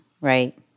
right